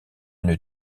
une